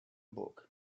book